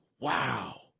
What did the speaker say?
wow